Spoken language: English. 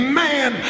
man